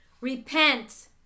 repent